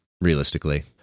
realistically